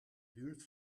buurt